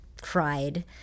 cried